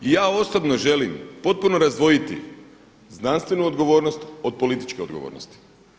I ja osobno želim potpuno razdvojiti znanstvenu odgovornost od političke odgovornosti.